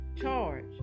charge